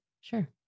Sure